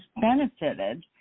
benefited